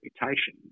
reputation